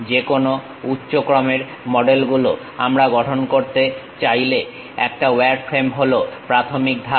যে কোনো উচ্চ ক্রমের মডেল গুলো আমরা গঠন করতে চাইলে একটা ওয়ারফ্রেম হলো প্রাথমিক ধাপ